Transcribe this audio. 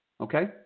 Okay